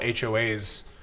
HOA's